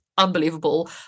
unbelievable